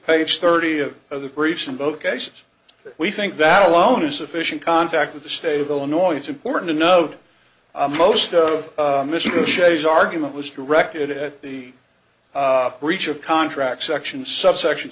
page thirty of the briefs in both cases we think that alone is sufficient contact with the state of illinois it's important to note a most of michigan shays argument was directed at the breach of contract section subsection